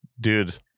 dude